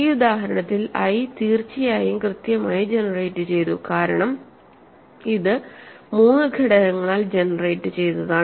ഈ ഉദാഹരണത്തിൽ ഐ തീർച്ചയായും കൃത്യമായി ജനറേറ്റുചെയ്തു കാരണം ഇത് മൂന്ന് ഘടകങ്ങളാൽ ജനറേറ്റുചെയ്തതാണ്